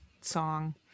song